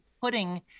putting